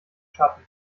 schatten